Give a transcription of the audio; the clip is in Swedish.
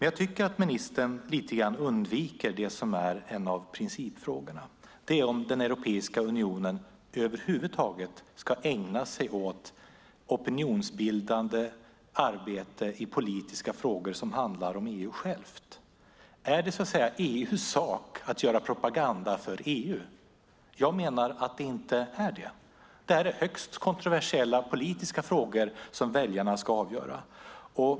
Jag tycker att ministern lite grann undviker det som är en av principfrågorna. Det är om den europeiska unionen över huvud taget ska ägna sig åt opinionsbildande arbete i politiska frågor som handlar om EU själv. Är det EU:s sak att göra propaganda för EU? Jag menar att det inte är det. Det här är högst kontroversiella politiska frågor som väljarna ska avgöra.